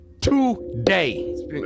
today